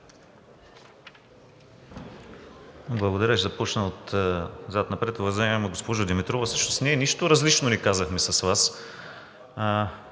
Благодаря. Ще започна отзад напред. Уважаема госпожо Димитрова, не, нищо различно не казахме с Вас.